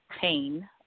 pain